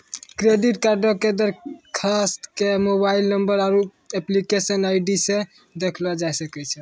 credit कार्डो के दरखास्त के मोबाइल नंबर आरु एप्लीकेशन आई.डी से देखलो जाय सकै छै